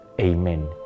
Amen